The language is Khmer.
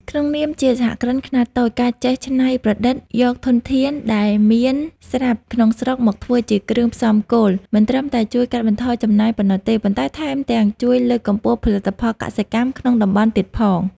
ក្នុងនាមជាសហគ្រិនខ្នាតតូច ការចេះច្នៃប្រឌិតយកធនធានដែលមានស្រាប់ក្នុងស្រុកមកធ្វើជាគ្រឿងផ្សំគោល មិនត្រឹមតែជួយកាត់បន្ថយចំណាយប៉ុណ្ណោះទេ ប៉ុន្តែថែមទាំងជួយលើកកម្ពស់ផលិតផលកសិកម្មក្នុងតំបន់ទៀតផង។